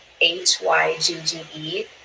H-Y-G-G-E